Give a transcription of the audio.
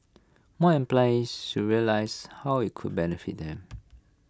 more employees should realize how IT could benefit them